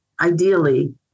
Ideally